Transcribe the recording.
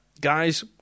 guys